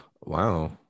Wow